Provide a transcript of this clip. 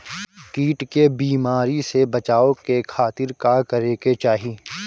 कीट के बीमारी से बचाव के खातिर का करे के चाही?